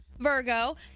Virgo